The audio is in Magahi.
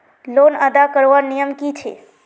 लोन अदा करवार नियम की छे?